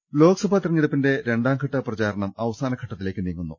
ദിനേശ് ലോക്സഭാ തെരഞ്ഞെടുപ്പിന്റെ രണ്ടാംഘട്ട പ്രചാരണം അവസാനഘട്ടത്തിലേക്ക് നീങ്ങുന്നു